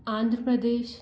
Andhra Pradesh